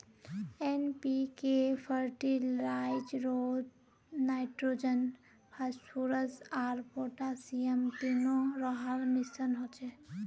NPK फ़र्टिलाइज़रोत nitrogen, phosphorus आर potassium तीनो रहार मिश्रण होचे